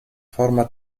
forma